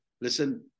listen